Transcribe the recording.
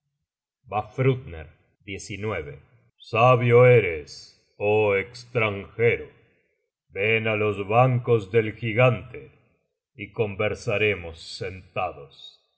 vafthrudner sabio eres oh estranjero ven á los bancos del gigante y conversemos sentados